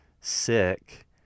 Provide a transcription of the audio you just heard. sick